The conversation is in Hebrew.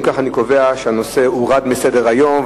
אם כך, אני קובע שהנושא הורד מסדר-היום.